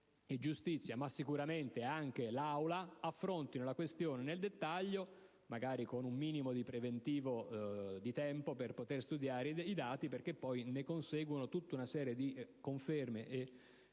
e Giustizia, ma sicuramente anche l'Aula, affrontassero la questione nel dettaglio, magari con un minimo di tempo preventivo per potere studiare i dati, dal momento che poi ne conseguono tutta una serie di conferme e